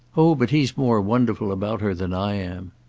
oh but he's more wonderful about her than i am!